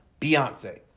Beyonce